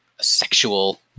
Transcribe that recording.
sexual